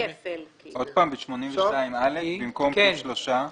בסעיף 82(א), במקום פי שלושה?